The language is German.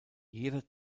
jeder